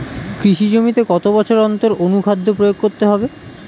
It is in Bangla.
কৃষি জমিতে কত বছর অন্তর অনুখাদ্য প্রয়োগ করতে হবে?